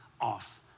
off